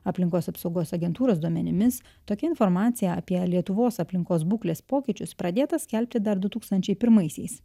aplinkos apsaugos agentūros duomenimis tokia informacija apie lietuvos aplinkos būklės pokyčius pradėta skelbti dar du tūkstančiai pirmaisiais